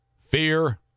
Fear